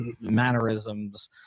mannerisms